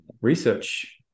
research